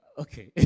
Okay